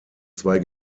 zwei